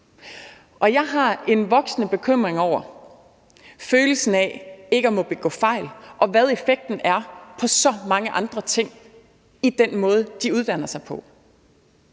på? Jeg har en voksende bekymring over følelsen af ikke at måtte begå fejl og over, hvad effekten er på så mange andre ting i den måde, de uddanner sig på.